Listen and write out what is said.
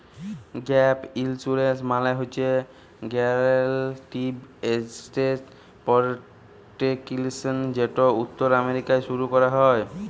gap insurance মালে হছে guaranteed asset protection যেট উত্তর আমেরিকায় শুরু ক্যরা হ্যয়